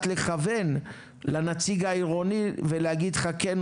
לא הייתה חלוקה?